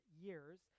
years